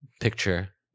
Picture